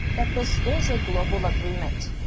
that this is a global agreement.